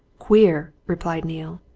queer! replied neale.